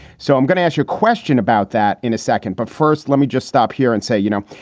so i'm going to ask your question about that in a second. but first, let me just stop here and say, you know,